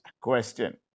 question